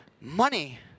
money